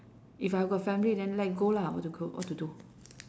if I got family then let go lah what to go what to do